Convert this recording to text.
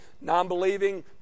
non-believing